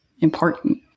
important